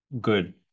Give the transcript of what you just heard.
good